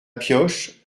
pioche